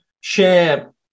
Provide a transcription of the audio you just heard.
share